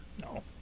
No